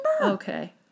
Okay